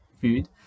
food